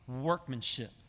workmanship